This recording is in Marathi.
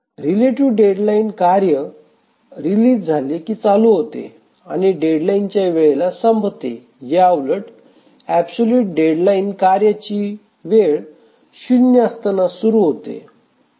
रिलेटिव्ह डेडलाईन कार्य रिलीज झाले की चालू होते आणि डेडलाईन च्या वेळेला संपते याउलट ऍबसोल्युट डेडलाईन कार्य ची वेळ शुन्य असताना सुरू होते